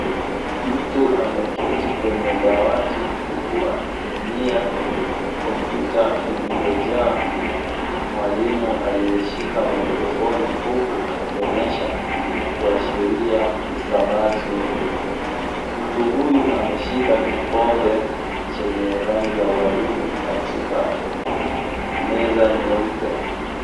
Mtu ameketi kwenye dawati huku akitumia kompyuta iliyojaa mwalimu aliyeshika maikrofoni huku akionyesha kuashiria hisabati. Mtu huyu ameshika kikombe chenye rangi ya waridi katika meza nyeupe.